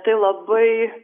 tai labai